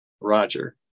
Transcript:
Roger